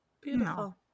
Beautiful